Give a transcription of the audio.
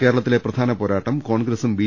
കേരളത്തിലെ പ്ര ധാന പോരാട്ടം കോൺഗ്രസും ബി